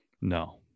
No